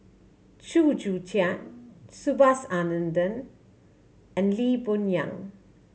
Chew Joo Chiat Subhas Anandan and Lee Boon Yang